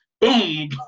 Boom